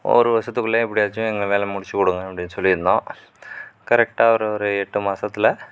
ஒரு வருஷத்துக்குள்ள எப்படியாச்சும் எங்க வேலை முடிச்சிக்கொடுங்க அப்படின்னு சொல்லியிருந்தோம் கரெக்ட்டாக ஒரு ஒரு எட்டு மாசத்தில்